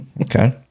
Okay